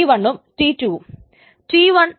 T 1 ഉം T 2 ഉം